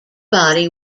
body